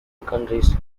countries